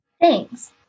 Thanks